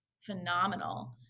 phenomenal